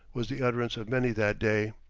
was the utterance of many that day.